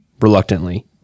Reluctantly